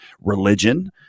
religion